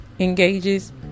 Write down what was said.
engages